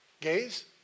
gays